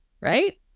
right